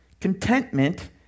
Contentment